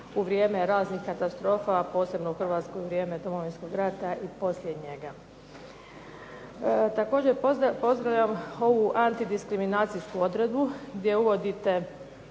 u vrijeme raznih katastrofa, a posebno u Hrvatskoj u vrijeme Domovinskog rata i poslije njega. Također, pozdravljam ovu antidiskriminacijsku odredbu gdje uvodite